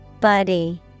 Buddy